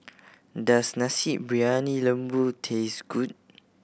does Nasi Briyani Lembu taste good